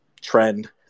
trend